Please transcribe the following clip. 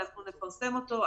אנחנו נפרסם אותו.